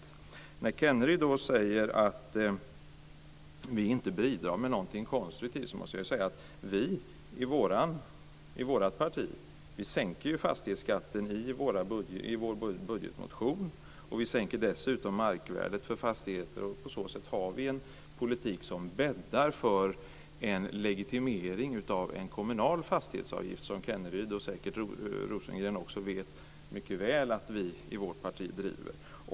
När Kenneryd säger att vi inte bidrar med något konstruktivt måste jag säga att vi i vårt parti sänker fastighetsskatten i vår budgetmotion. Vi sänker dessutom markvärdet för fastigheter. På så sätt har vi en politik som bäddar för legitimering av en kommunal fastighetsavgift. Det vet Kenneryd - och säkert också Rosengren - mycket väl att vi i vårt parti driver.